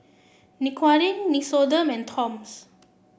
Dequadin Nixoderm and Toms